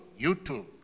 YouTube